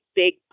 big